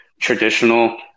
traditional